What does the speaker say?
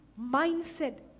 mindset